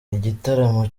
igitaramo